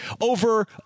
over